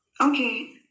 Okay